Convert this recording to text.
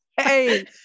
Hey